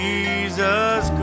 Jesus